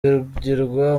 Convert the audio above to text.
bibagirwa